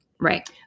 right